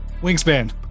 Wingspan